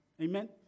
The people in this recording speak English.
Amen